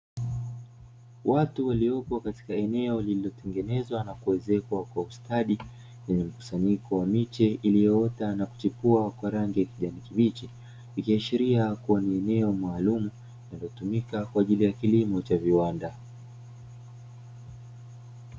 Watu waliopo katika eneo lililotengenezwa na kuezekwa kwa ustadi kwenye mkusanyiko wa miche iliyoota na kuchipua kwa rangi ya kijani kibichi, ikiashiria kuwa ni eneo maalumu linalotumika kwa ajili ya kilimo cha viwanda.